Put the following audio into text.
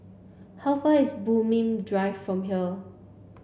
how far is Bulim Drive from here